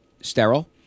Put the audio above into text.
sterile